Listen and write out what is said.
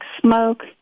smoke